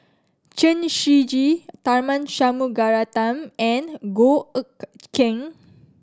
Chen Shiji Tharman Shanmugaratnam and Goh Eck Kheng